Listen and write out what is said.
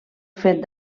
fet